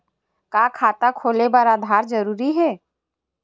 का खाता खोले बर आधार जरूरी हे?